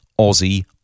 Aussie